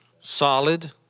Solid